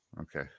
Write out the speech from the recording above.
Okay